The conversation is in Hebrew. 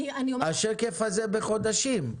השקף הזה בחודשים.